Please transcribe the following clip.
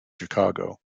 chicago